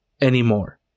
anymore